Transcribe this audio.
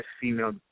female